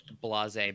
blase